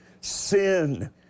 sin